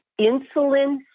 insulin